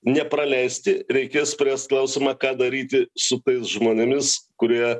nepraleisti reikės spręst klausimą ką daryti su tais žmonėmis kurie